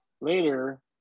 later